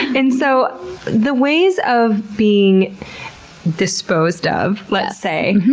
and so the ways of being disposed of, let's say?